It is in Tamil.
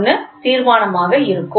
001 தீர்மானமாக இருக்கும்